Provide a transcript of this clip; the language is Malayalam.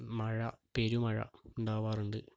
മഴ പെരുമഴ ഉണ്ടാവാറുണ്ട്